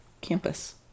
campus